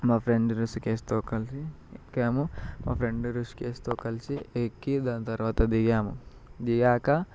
మా ఫ్రెండు రుషికేష్తో కలిసి ఎక్కాము మా ఫ్రెండ్ రుషికేష్తో కలిసి ఎక్కి దాని తరువాత దిగాము దిగాక